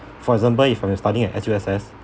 for example if you from studying at S_U_S_S